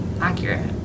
accurate